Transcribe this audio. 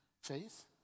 faith